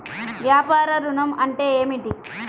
వ్యాపార ఋణం అంటే ఏమిటి?